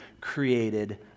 created